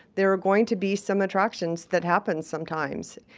there are going to be some attractions that happen sometimes.